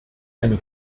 eine